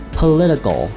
political